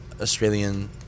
Australian